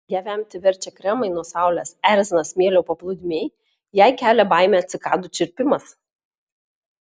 ją vemti verčia kremai nuo saulės erzina smėlio paplūdimiai jai kelia baimę cikadų čirpimas